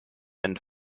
and